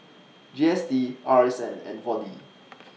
G S T R S N and four D